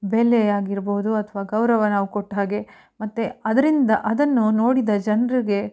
ಬೆಲೆ ಆಗಿರ್ಬೋದು ಅಥವಾ ಗೌರವ ನಾವು ಕೊಟ್ಟಾಗೆ ಮತ್ತು ಅದರಿಂದ ಅದನ್ನು ನೋಡಿದ ಜನರಿಗೆ